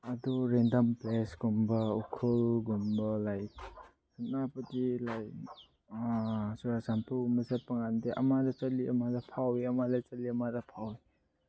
ꯑꯗꯨ ꯔꯦꯟꯗꯝ ꯄ꯭ꯂꯦꯁꯀꯨꯝꯕ ꯎꯈ꯭ꯔꯨꯜꯒꯨꯝꯕ ꯂꯥꯏꯛ ꯁꯦꯅꯥꯄꯇꯤ ꯂꯥꯏꯛ ꯆꯨꯔꯆꯥꯟꯄꯨꯔꯒꯨꯝꯕ ꯆꯠꯄꯀꯥꯟꯗꯤ ꯑꯃꯗ ꯆꯠꯂꯤ ꯑꯃꯗ ꯐꯥꯎꯋꯤ ꯑꯃꯗ ꯆꯠꯂꯤ ꯑꯃꯗ ꯐꯥꯎꯋꯤ